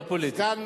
לא פוליטי.